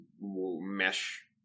mesh